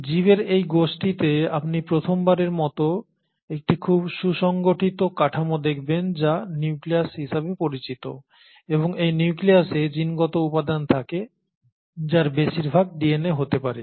জীবের এই গোষ্ঠীতে আপনি প্রথমবারের মতো একটি খুব সুসংগঠিত কাঠামো দেখবেন যা নিউক্লিয়াস হিসাবে পরিচিত এবং এই নিউক্লিয়াসে জিনগত উপাদান থাকে যার বেশিরভাগ ডিএনএ হতে পারে